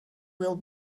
will